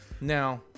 now